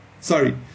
Sorry